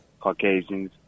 caucasians